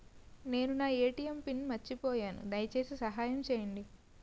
నేను నా ATM pin మర్చిపోయాను, దయచేసి సహాయం చేయండి